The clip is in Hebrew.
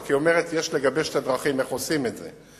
רק היא אומרת: יש לגבש את הדרכים איך עושים את זה.